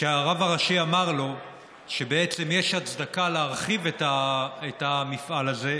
כשהרב הראשי אמר לו שבעצם יש הצדקה להרחיב את המפעל הזה,